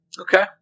Okay